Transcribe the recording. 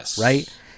right